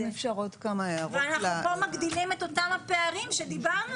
אנחנו כאן מגדילים את אותם הפערים שדיברנו